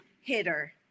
hitter